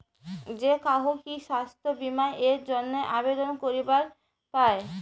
যে কাহো কি স্বাস্থ্য বীমা এর জইন্যে আবেদন করিবার পায়?